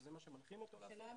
שזה מה שמנחים אותו לעשות,